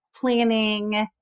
planning